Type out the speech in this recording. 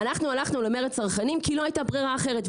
אנחנו הלכנו למרד צרכנים כי לא הייתה ברירה אחרת,